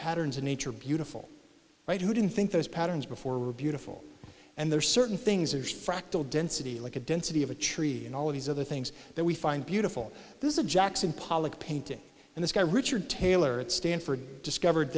patterns in nature beautiful right who didn't think those patterns before were beautiful and there are certain things of fractal density like a density of a tree and all these other things that we find beautiful this is a jackson pollock painting and this guy richard taylor at stanford discovered